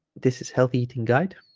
this is healthy eating guide